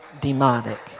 demonic